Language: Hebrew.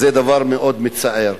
זה דבר מאוד מצער.